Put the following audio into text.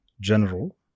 general